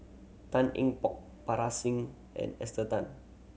Tan Eng Bock Parga Singh and Esther Tan